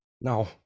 No